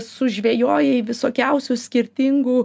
sužvejojai visokiausių skirtingų